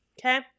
okay